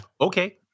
Okay